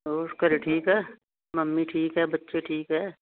ਹੋਰ ਘਰ ਠੀਕ ਹੈ ਮੰਮੀ ਠੀਕ ਹੈ ਬੱਚੇ ਠੀਕ ਹੈ